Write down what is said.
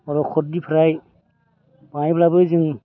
आलखदनिफ्राय बाङायब्लाबो जों